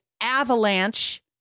avalanche